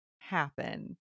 happen